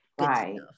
Right